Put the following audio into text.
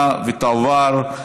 פנסיוני בין בני זוג שנפרדו (תיקון מס'